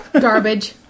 Garbage